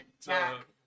attack